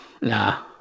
nah